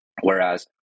Whereas